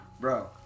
Bro